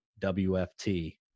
WFT